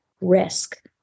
risk